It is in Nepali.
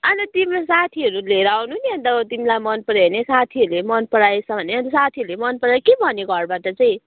अन्त तिम्रो साथीहरू लिएर आउनु नि अन्त तिमीलाई मनपऱ्यो भने साथीहरूले मन पराएछ भने अन्त साथीहरूले मनपरायो के भन्यो घरबाट चाहिँ